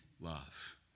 love